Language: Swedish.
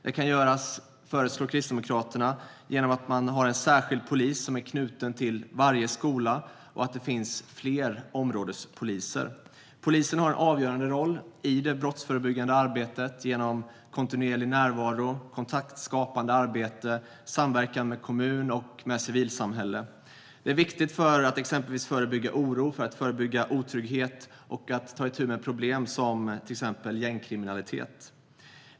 Detta kan göras, föreslår Kristdemokraterna, genom att man har en särskild polis som är knuten till varje skola och att det finns fler områdespoliser. Polisen har en avgörande roll i det brottsförebyggande arbetet genom kontinuerlig närvaro, kontaktskapande arbete och samverkan med kommun och civilsamhälle. Detta är viktigt för att exempelvis förebygga oro och otrygghet och ta itu med problem som gängkriminalitet.